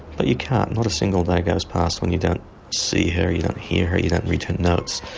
but you can't, not a single day goes past when you don't see her, you don't hear her, you don't return notes,